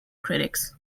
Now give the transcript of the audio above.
critics